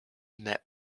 met